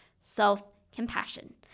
self-compassion